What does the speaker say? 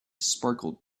sparkled